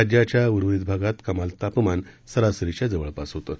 राज्याच्या उर्वरित भागात कमाल तापमान सरासरीच्या जवळपास होतं